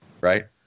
right